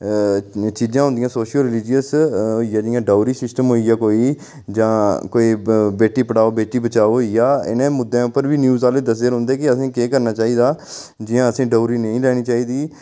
चीजां होंदियां socio religious जानि के डावरी सिस्टम होई गेआ कोई बी जां कोई बेटी पढ़ाओ बेटी बचाओ होई गेआ इ'नें मुद्दे उप्पर बी न्यूज आह्ले दसदे रौंह्दे कि केह् करना चाहिदा जि'यां असें डावरी नेईं लैनी चाहिदी